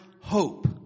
hope